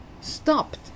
stopped